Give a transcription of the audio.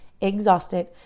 exhausted